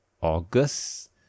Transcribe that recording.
August